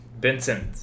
Vincent